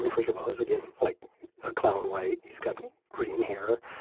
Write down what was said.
and first of all is again like a clown white. he's gotten green hair.